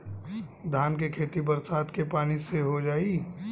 धान के खेती बरसात के पानी से हो जाई?